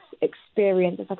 experience